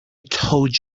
told